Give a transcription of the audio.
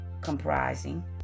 comprising